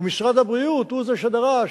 ומשרד הבריאות הוא זה שדרש,